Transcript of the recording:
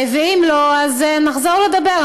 ואם לא, נחזור לדבר.